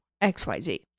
xyz